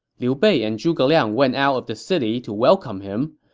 liu bei and zhuge liang went out of the city to welcome him.